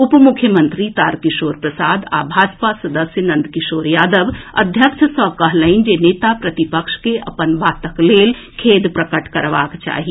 उप मुख्यमंत्री तारकिशोर प्रसाद आ भाजपा सदस्य नंद किशोर यादव अध्यक्ष सऽ कहलनि जे नेता प्रतिपक्ष के अपन बातक लेल खेद प्रकट करबाक चाही